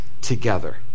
together